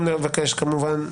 תודה רבה לכולם.